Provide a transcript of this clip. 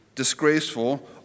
disgraceful